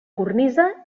cornisa